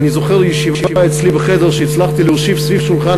אני זוכר ישיבה אצלי בחדר כשהצלחתי להושיב סביב שולחן